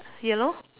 yellow